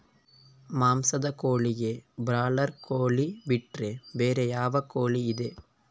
ಮಾಂಸದ ಕೋಳಿಗೆ ಬ್ರಾಲರ್ ಕೋಳಿ ಬಿಟ್ರೆ ಬೇರೆ ಯಾವ ಕೋಳಿಯಿದೆ?